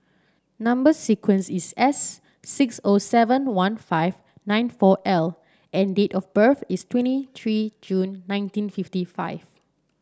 number sequence is S six O seven one five nine four L and date of birth is twenty three June nineteen fifty five